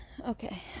Okay